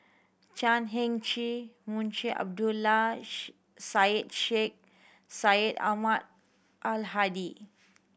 Chan Heng Chee Munshi Abdullah Syed Sheikh Syed Ahmad Al Hadi